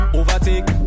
overtake